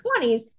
20s